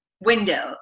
window